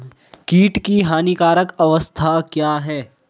कीट की हानिकारक अवस्था क्या है?